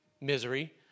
misery